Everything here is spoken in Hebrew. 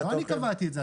לא אני קבעתי את זה.